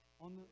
on